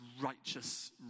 righteous